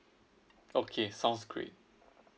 okay sounds great